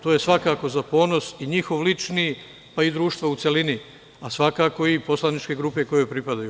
To je svakako za ponos njihov lični, pa i društva u celini, a svakako i poslaničke grupe kojoj pripadaju.